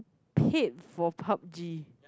paid for Pub-G